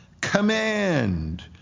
command